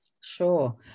sure